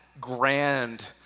grand